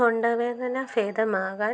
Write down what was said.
തൊണ്ടവേദന ഭേദമാകാന്